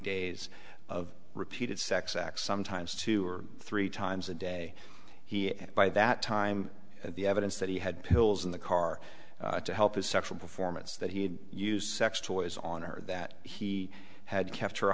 days of repeated sex acts sometimes two or three times a day he and by that time the evidence that he had pills in the car to help his sexual performance that he had used sex toys on her that he had kept her